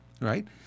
right